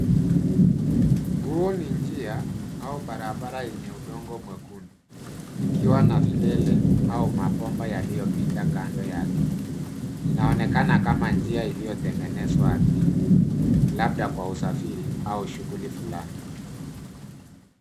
Huu ni njia ya barabara yenye udongo mwekundu ikiwa na vilele au mabomba yaliyopita kando yake. Inaonekana kama njia iliyotengenezwa ardhini labda kwa usafiri au shughuli fulani.